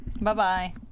Bye-bye